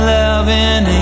loving